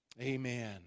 Amen